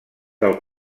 del